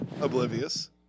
oblivious